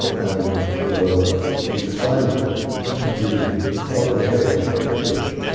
and we decided that since we felt we had this reputation,